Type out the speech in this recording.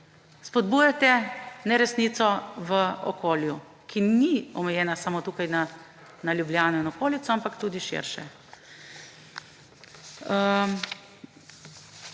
spodbujate neresnico v okolju, ki ni omejena samo na Ljubljano in okolico, ampak tudi širše.